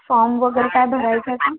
form वगरे काय भरायचं तर